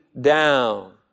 down